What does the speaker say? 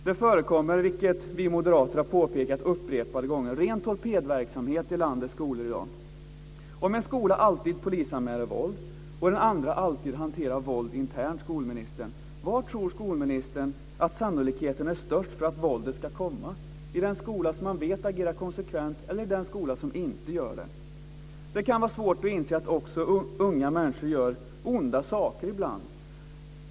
Det förekommer, vilket vi moderater har påpekat upprepade gånger, ren torpedverksamhet vid landets skolor i dag. Om en skola alltid polisanmäler våld och en annan skola alltid hanterar våld internt, var tror skolministern att sannolikheten är störst för att våldet ska komma - i den skola man vet agerar konsekvent eller i den skola som inte gör det? Det kan vara svårt att inse att också unga människor ibland gör onda saker.